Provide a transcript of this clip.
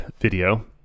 video